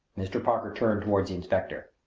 mr. parker turned toward the inspector.